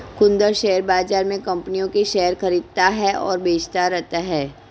Kundan share बाज़ार में कम्पनियों के शेयर खरीदता और बेचता रहता है